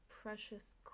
precious